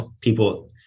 people